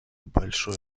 большей